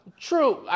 True